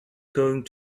going